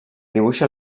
dibuixa